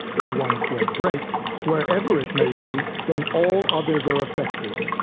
if one thread breaks, wherever it may be, then all others are affected.